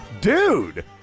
Dude